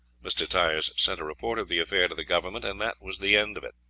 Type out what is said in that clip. mr. tyers sent a report of the affair to the government, and that was the end of it.